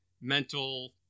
mental